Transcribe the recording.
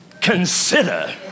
consider